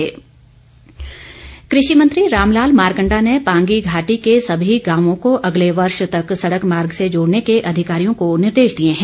कृषि मंत्री कृषि मंत्री रामलाल मारकंडा ने पांगी घाटी के सभी गांवों को अगले वर्ष तक सड़क मार्ग से जोड़ने के अधिकारियों को निर्देश दिए हैं